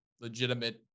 legitimate